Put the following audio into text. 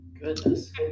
Goodness